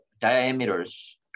diameters